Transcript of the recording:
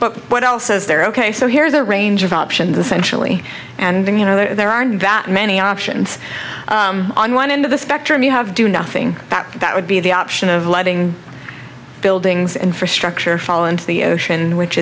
but what else is there ok so here's a range of options essentially and then you know there aren't that many options on one end of the spectrum you have do nothing that would be the option of letting buildings infrastructure fall into the ocean which